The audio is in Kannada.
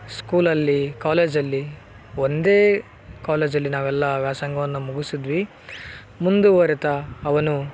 ಸ್ಕೂಲಲ್ಲಿ ಕಾಲೇಜಲ್ಲಿ ಒಂದೇ ಕಾಲೇಜಲ್ಲಿ ನಾವೆಲ್ಲ ವ್ಯಾಸಂಗವನ್ನು ಮುಗಿಸದ್ವಿ ಮುಂದುವರೀತ ಅವನು